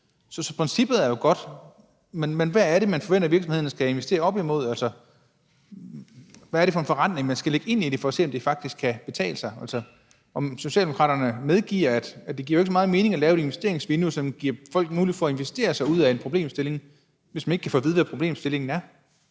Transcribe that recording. Så princippet er jo godt, men hvad er det, man forventer virksomhederne skal investere op imod? Hvad er det for en forrentning, man skal lægge ind i det for at se, om det faktisk kan betale sig? Medgiver Socialdemokraterne, at det jo ikke giver så meget mening at lave et investeringsvindue, som giver folk mulighed for at investere sig ud af en problemstilling, hvis man ikke kan få at vide, hvad problemstillingen er?